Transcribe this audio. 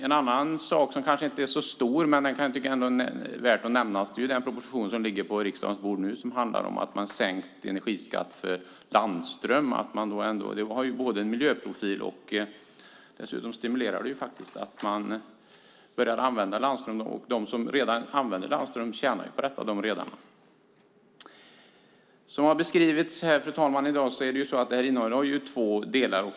En sak som kanske inte är så stor men värd att nämnas är den proposition som ligger på riksdagens bord som handlar om sänkt energiskatt för landström. Det har miljöprofil och stimulerar dessutom användning av landström. De som redan använder landström tjänar på detta. Fru talman! Betänkandet innehåller två delar.